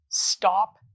stop